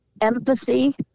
empathy